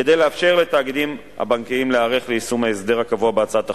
כדי לאפשר לתאגידים הבנקאיים להיערך ליישום ההסדר הקבוע בהצעת החוק,